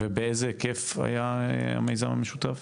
באיזה היקף היה המיזם המשותף?